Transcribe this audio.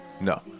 No